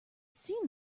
seen